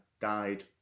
died